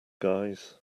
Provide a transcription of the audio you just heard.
guys